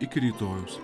iki rytojaus